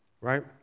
right